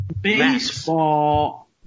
Baseball